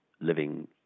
living